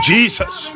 Jesus